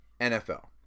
NFL